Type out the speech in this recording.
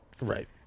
Right